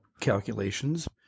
calculations